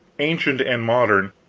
ancient and modern,